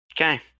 Okay